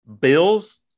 Bills